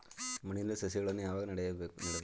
ಮಣ್ಣಿನಲ್ಲಿ ಸಸಿಗಳನ್ನು ಯಾವಾಗ ನೆಡಬೇಕು?